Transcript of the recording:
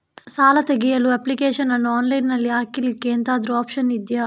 ಸಾಲ ತೆಗಿಯಲು ಅಪ್ಲಿಕೇಶನ್ ಅನ್ನು ಆನ್ಲೈನ್ ಅಲ್ಲಿ ಹಾಕ್ಲಿಕ್ಕೆ ಎಂತಾದ್ರೂ ಒಪ್ಶನ್ ಇದ್ಯಾ?